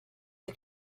the